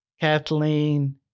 Kathleen